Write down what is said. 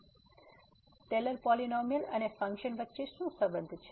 તેથી Taylor polynomial અને function વચ્ચે શું સંબંધ છે